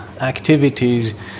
activities